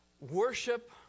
Worship